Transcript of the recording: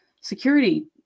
security